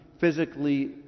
physically